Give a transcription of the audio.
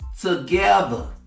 together